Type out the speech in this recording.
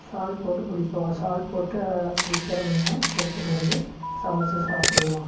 shawl போட்டு பிடிப்போங்க shawl போட்டு பிடிக்கிற மீனை எடுத்துகிட்டு வந்து சமைச்சி சாப்பிடுவோம்